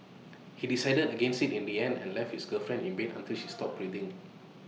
he decided against IT in the end and left his girlfriend in bed until she stopped breathing